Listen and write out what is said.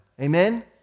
Amen